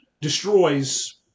destroys